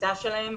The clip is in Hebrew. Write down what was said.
בשביתה שלהם.